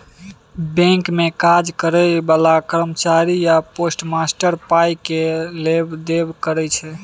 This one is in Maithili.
बैंक मे काज करय बला कर्मचारी या पोस्टमास्टर पाइ केर लेब देब करय छै